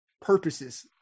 purposes